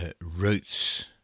routes